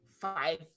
five